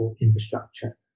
infrastructure